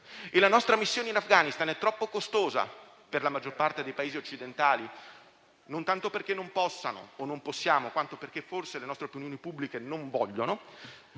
della Cina. La missione in Afghanistan è troppo costosa per la maggior parte dei Paesi occidentali (non tanto perché non possiamo, ma forse perché le nostre opinioni pubbliche non vogliono)